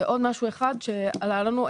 ועוד משהו אחד שעלה לנו,